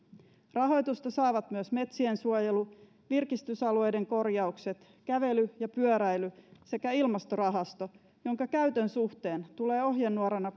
rahoitusta saavat myös metsien suojelu virkistysaluepaikkojen korjaukset kävely ja pyöräily sekä ilmastorahasto jonka käytön suhteen tulee ohjenuorana